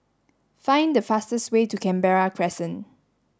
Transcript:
find the fastest way to Canberra Crescent